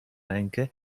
rękę